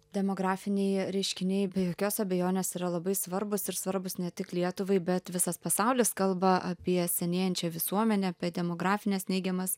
demografiniai reiškiniai be jokios abejonės yra labai svarbūs ir svarbūs ne tik lietuvai bet visas pasaulis kalba apie senėjančią visuomenę apie demografines neigiamas